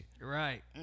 Right